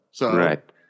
Right